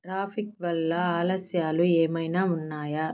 traffic వల్ల ఆలస్యాలు ఏమైనా ఉన్నాయా